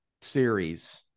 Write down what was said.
series